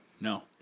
No